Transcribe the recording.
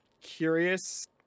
curious